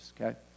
okay